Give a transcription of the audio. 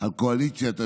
על קואליציית השינוי.